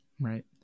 Right